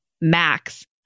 max